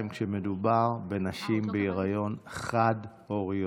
כשמדובר בנשים בהיריון חד-הוריות.